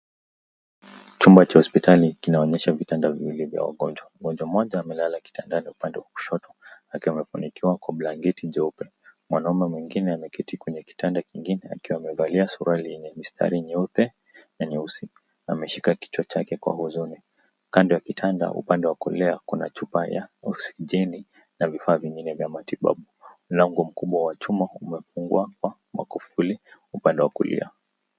Chumba cha hospitali kinaonyesha vitanda viwili vya wagonjwa. Mgonjwa mmoja amelala kitandani upande wa kushoto akiwa amefunikiwa kwa blanketi jeupe na, mwanaume mwingine ameketi kwa kitanda kingine akiwa amevalia suruari yenye mistari nyeupe na nyeusi ameshika kichwa chake kwa huzuni. Kando ya kitanda upande wa kulia kuna chupa ya oksijeni na vifaa vingine vya matibabu. Mlango kubwa wa chuma umefungwa kwa makifuli upande wa kulia.